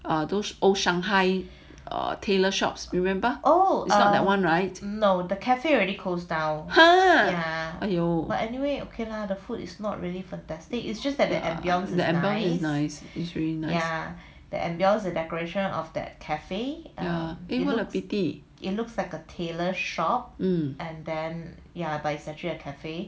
err those old shanghai tailor shops !huh! remember the ambience is nice what a pity